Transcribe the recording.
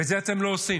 ואת זה אתם לא עושים.